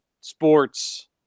sports